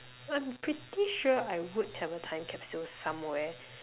so I'm pretty sure I would have a time capsule somewhere